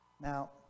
Now